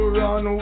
run